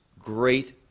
great